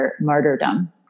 martyrdom